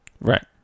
Right